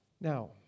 Now